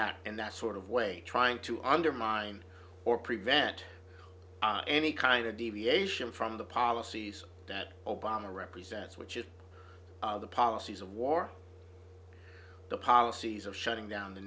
not in that sort of way trying to undermine or prevent any kind of deviation from the policies that obama represents which is the policies of war the policies of shutting down the